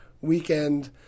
weekend